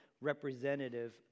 representative